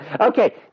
Okay